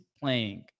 playing